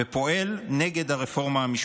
ופועל נגד הרפורמה המשפטית.